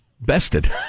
bested